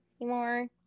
anymore